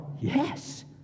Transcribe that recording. Yes